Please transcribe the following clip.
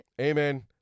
Amen